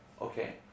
Okay